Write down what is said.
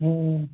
आं